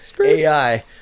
AI